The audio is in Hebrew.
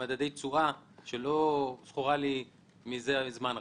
ממדי תשואה - שלא זכורה לי מזה זמן רב.